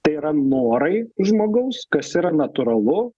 tai yra norai žmogaus kas yra natūralu